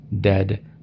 dead